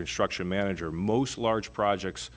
construction manager most large projects